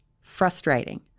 frustrating